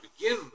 begin